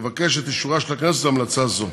אבקש את אישורה של הכנסת להמלצה זו,